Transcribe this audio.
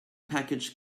package